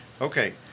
Okay